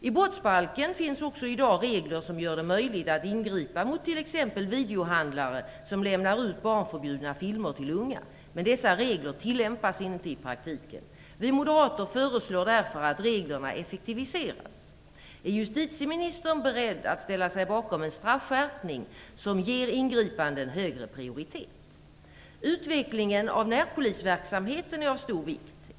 I brottsbalken finns också i dag regler som gör det möjligt att ingripa mot t.ex. videohandlare som lämnar ut barnförbjudna filmer till unga, men dessa regler tillämpas inte i praktiken. Vi moderater föreslår därför att reglerna effektiviseras. Är justitieministern beredd att ställa sig bakom en straffskärpning som ger ingripanden högre prioritet? Utvecklingen av närpolisverksamheten är av stor vikt.